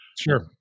Sure